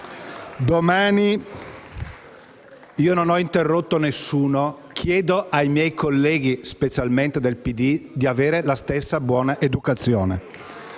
M5S)*. Non ho interrotto nessuno e chiedo ai miei colleghi, specialmente del PD, di avere la stessa buona educazione.